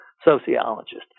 sociologist